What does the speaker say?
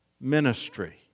ministry